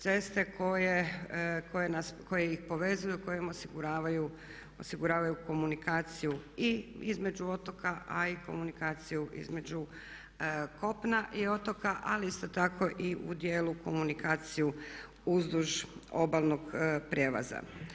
Ceste koje ih povezuju, koje im osiguravaju komunikaciju i između otoka a i komunikaciju između kopna i otoka ali isto tako i u dijelu komunikacije uzduž obalnog prijelaza.